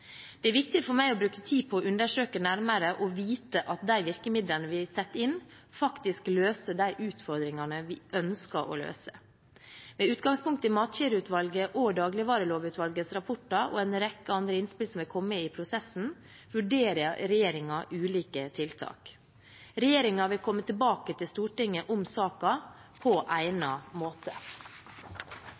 Det er viktig for meg å bruke tid på å undersøke nærmere og vite at de virkemidlene vi setter inn, faktisk løser de utfordringene vi ønsker å løse. Med utgangspunkt i Matkjedeutvalgets og Dagligvarelovutvalgets rapporter og en rekke andre innspill som er kommet i prosessen, vurderer regjeringen ulike tiltak. Regjeringen vil komme tilbake til Stortinget om saken på egnet måte.